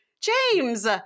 James